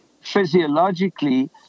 physiologically